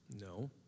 No